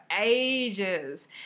ages